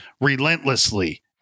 relentlessly